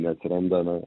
neatsiranda na